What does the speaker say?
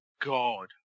God